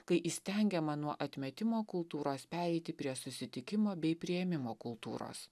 kai įstengiama nuo atmetimo kultūros pereiti prie susitikimo bei priėmimo kultūros